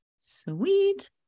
Sweet